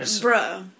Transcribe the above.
Bro